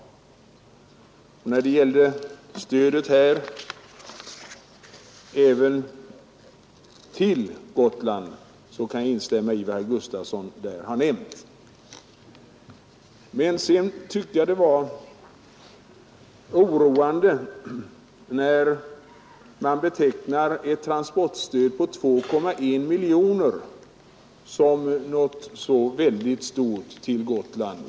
Jag kan instämma i vad herr Gustafson i Göteborg sade om stödet för transporter till Gotland. Däremot tycker jag att det är oroande när herr Rosqvist betecknar ett transportstöd till Gotland på 2,1 miljoner som stort.